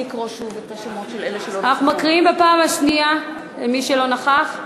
אנחנו מקריאים בפעם השנייה, למי שלא נכח.